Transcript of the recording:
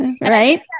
right